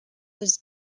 was